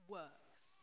works